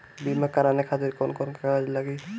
बीमा कराने खातिर कौन कौन कागज लागी?